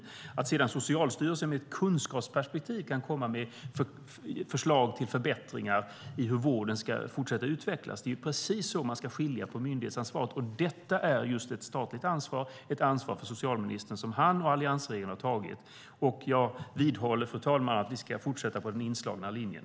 Sedan kan Socialstyrelsen med ett kunskapsperspektiv komma med förslag till förbättringar på hur vården ska fortsätta att utvecklas. Det är precis så man ska skilja på myndighetsansvaret. Detta är just ett statligt ansvar, och det är ett ansvar för socialministern som han och alliansregeringen har tagit. Jag vidhåller, fru talman, att vi ska fortsätta på den inslagna linjen.